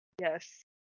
Yes